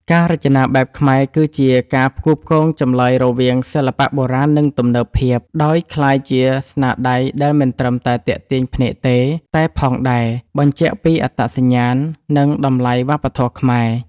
ការរចនាបែបខ្មែរ គឺជាការផ្គូផ្គងចម្លើយរវាងសិល្បៈបុរាណ និងទំនើបភាព ដោយក្លាយជាស្នាដៃដែលមិនត្រឹមតែទាក់ទាញភ្នែកទេ តែផងដែរ បញ្ជាក់ពីអត្តសញ្ញាណ និងតម្លៃវប្បធម៌ខ្មែរ។